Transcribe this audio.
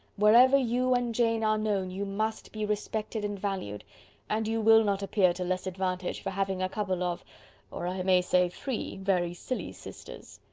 wherever you and jane are known you must be respected and valued and you will not appear to less advantage for having a couple of or i may say, three very silly sisters.